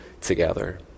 together